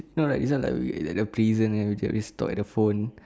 no like this one like we like that prison eh and we get this talk at the phone